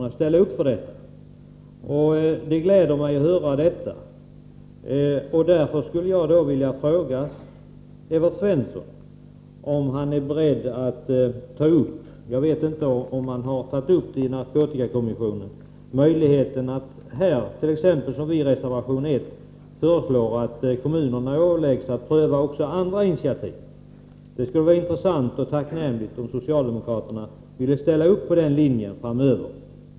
Jag vet inte om Evert Svensson har tagit upp det i narkotikakommissionen, men jag skulle då vilja fråga om han är beredd att där föra fram det vi föreslår i reservation 1, nämligen att kommunerna åläggs att pröva också andra initiativ. Det skulle vara intressant och tacknämligt om socialdemokraterna ville ställa upp på den linjen framöver.